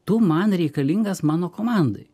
tu man reikalingas mano komandai